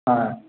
হ্যাঁ